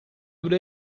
would